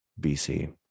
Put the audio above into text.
BC